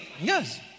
Yes